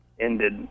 ended